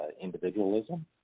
individualism